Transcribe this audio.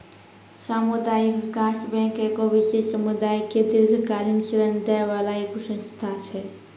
समुदायिक विकास बैंक एगो विशेष समुदाय के दीर्घकालिन ऋण दै बाला एगो संस्था छै